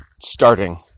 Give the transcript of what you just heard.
starting